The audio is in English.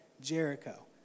Jericho